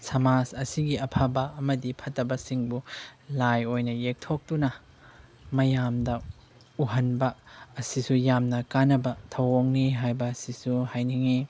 ꯁꯃꯥꯖ ꯑꯁꯤꯒꯤ ꯑꯐꯕ ꯑꯃꯗꯤ ꯐꯠꯇꯕꯁꯤꯡꯕꯨ ꯂꯥꯏ ꯑꯣꯏꯅ ꯌꯦꯛꯊꯣꯛꯇꯨꯅ ꯃꯌꯥꯝꯗ ꯎꯍꯟꯕ ꯑꯁꯤꯁꯨ ꯌꯥꯝꯅ ꯀꯥꯟꯅꯕ ꯊꯧꯑꯣꯡꯅꯤ ꯍꯥꯏꯕ ꯑꯁꯤꯁꯨ ꯍꯥꯏꯅꯤꯡꯏ